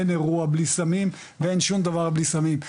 אין אירוע בלי סמים ואין שום דבר בלי סמים,